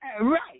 Right